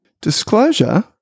Disclosure